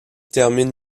termine